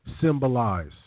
symbolize